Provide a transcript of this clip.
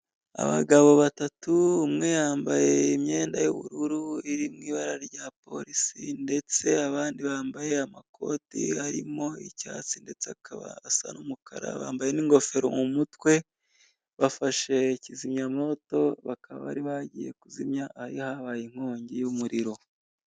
Abagabo batatu umwe yambaye imyenda y'ubururu iri mu ibara rya polisi ndetse abandi bambaye amakoti arimo icyatsi ndetse akaba asa n'umukara bambaye n'ingofero mu mutwe bafashe kizimyamto bakaba bari bagiye kuzimya ahari habaye inkongi y'umuriro.